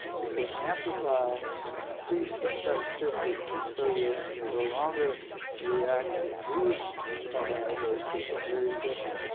you can amplify and increase the specificity so that no longer reacts with these carbohydrates which are very similar